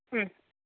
ഉം